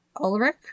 Ulrich